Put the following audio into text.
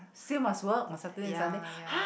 still must work on Saturday and Sunday !huh!